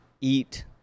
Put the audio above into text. eat